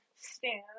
stand